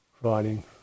providing